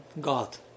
God